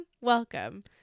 welcome